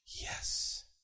yes